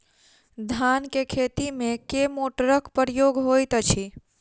धान केँ खेती मे केँ मोटरक प्रयोग होइत अछि?